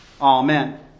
Amen